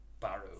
Barrow